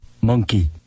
Monkey